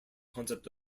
concept